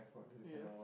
yes